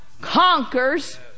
conquers